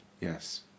Yes